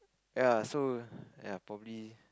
ya so ya probably